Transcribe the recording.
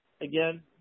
Again